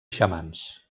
xamans